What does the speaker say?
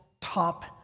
top